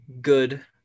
good